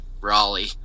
Raleigh